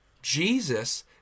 Jesus